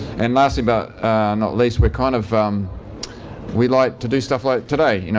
and lastly, but not least, we're kind of um we like to do stuff like today. you know,